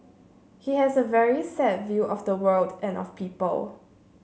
he has a very set view of the world and of people